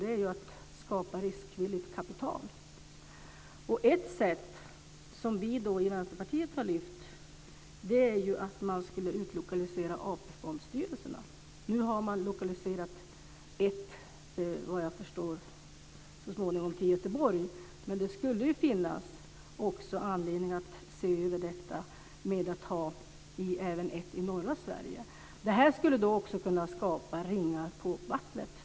Det handlar om att skapa riskvilligt kapital. Ett sätt som vi i Vänsterpartiet har föreslagit är att man ska utlokalisera AP-fondstyrelserna. Nu har man, vad jag förstår, så småningom lokaliserat en till Göteborg. Men det skulle finnas anledning att se över möjligheten att även ha en i norra Sverige. Det skulle också kunna skapa ringar på vattnet.